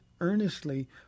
earnestly